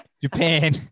Japan